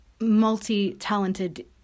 multi-talented